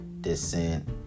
descent